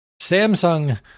Samsung